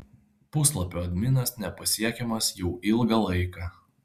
puslapio adminas nepasiekiamas jau ilgą laiką